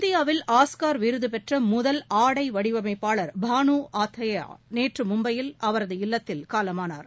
இந்தியாவில் ஆஸ்கர் விருதுபெற்றமுதல் ஆடை வடிவமைப்பாளர் பானுஅத்தைப்யாநேற்றுமும்பையில் அவரது இல்லத்தில் காலமானார்